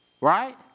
right